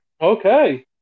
okay